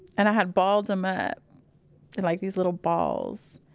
and i had balled them up in like these little balls.